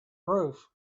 roof